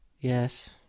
Yes